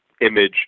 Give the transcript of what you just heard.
image